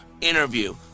interview